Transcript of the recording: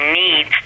need